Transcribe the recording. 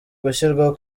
gushyirwaho